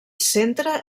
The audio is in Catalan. centre